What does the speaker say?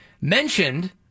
mentioned